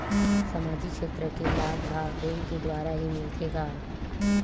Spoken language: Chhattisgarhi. सामाजिक क्षेत्र के लाभ हा बैंक के द्वारा ही मिलथे का?